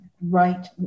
right